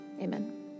amen